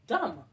Dumb